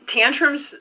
Tantrums